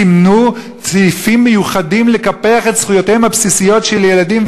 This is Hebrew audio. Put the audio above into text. סימנו סעיפים מיוחדים לקפח את זכויותיהם הבסיסיות של ילדים,